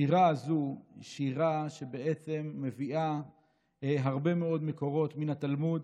השירה הזו היא שירה שבעצם מביאה הרבה מאוד מקורות מן התלמוד